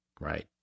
right